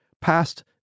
passed